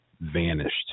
vanished